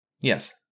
yes